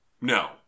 No